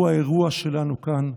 הוא האירוע שלנו כאן.